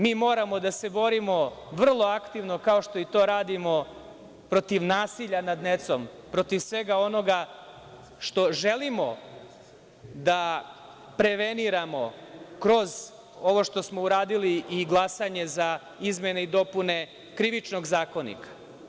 Mi moramo da se borimo vrlo aktivno, kao što i radimo, protiv nasilja nad decom, protiv svega onoga što želimo da preveniramo kroz ovo što smo uradili i glasanje za izmene i dopune Krivičnog zakonika.